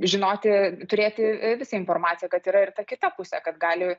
žinoti turėti visą informaciją kad yra ir ta kita pusė kad gali